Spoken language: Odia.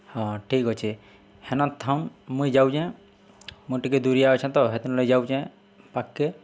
ହଁ ଠିକ୍ ଅଛେ ହେନା ଥାଉନ୍ ମୁଇଁ ଯାଉଚେଁ ମୁଇଁ ଟିକେ ଦୁରିଆ ଅଛେଁ ତ ହେଥିର୍ଲାଗି ଯାଉଚେଁ ପାଖ୍କେ